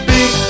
Big